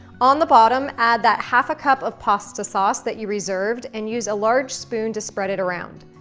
on the bottom, add that half a cup of pasta sauce that you reserved, and use a large spoon to spread it around.